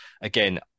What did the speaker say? again